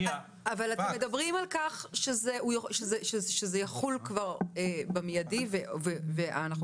אתם מדברים על כך שזה יחול כבר באופן מידי אבל התחילה